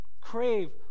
crave